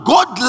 God